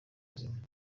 buzima